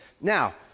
Now